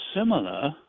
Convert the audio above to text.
similar